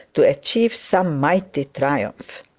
to achieve some mighty triumph.